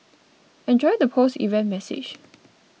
enjoy the post event massage